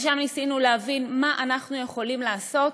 ושם ניסינו להבין מה אנחנו יכולים לעשות